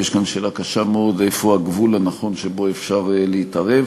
ויש כאן שאלה קשה מאוד איפה הגבול הנכון שבו אפשר להתערב.